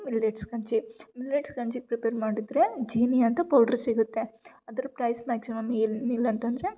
ಅದು ಮಿಲ್ಲೆಟ್ಸ್ ಗಂಜಿ ಮಿಲ್ಲೆಟ್ಸ್ ಗಂಜಿ ಪ್ರಿಪೇರ್ ಮಾಡಿದರೆ ಜೀನಿ ಅಂತ ಪೌಡ್ರ್ ಸಿಗುತ್ತೆ ಅದರ ಪ್ರೈಸ್ ಮ್ಯಾಕ್ಸಿಮಮ್ ಏನಿಲ್ಲ ಅಂತಂದರೆ